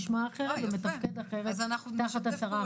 נשמע אחרת ומתפקד אחרת תחת השרה החדשה.